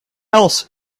else